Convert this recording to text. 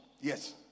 Yes